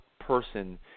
person